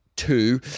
Two